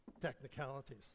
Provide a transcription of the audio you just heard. technicalities